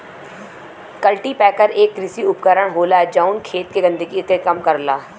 cultipacker एक कृषि उपकरण होला जौन खेत के गंदगी के कम करला